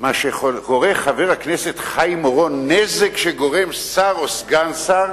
מה שקורא חבר הכנסת חיים אורון "נזק שגורם שר או סגן שר"